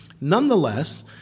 Nonetheless